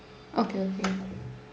okay okay